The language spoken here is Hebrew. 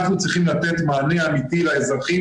אנחנו צריכים לתת מענה אמיתי לאזרחים